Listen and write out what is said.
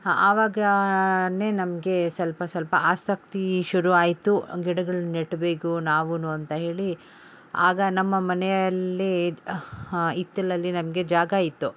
ಆವಾಗ ನಮಗೆ ಸ್ವಲ್ಪ ಸ್ವಲ್ಪ ಆಸಕ್ತಿ ಶುರು ಆಯಿತು ಗಿಡಗಳ ನೆಡ್ಬೇಕು ನಾವು ಅಂತ ಹೇಳಿ ಆಗ ನಮ್ಮ ಮನೆಯಲ್ಲಿ ಹಿತ್ತಲಲ್ಲಿ ನಮಗೆ ಜಾಗ ಇತ್ತು